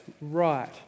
right